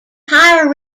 higher